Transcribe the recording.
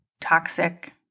toxic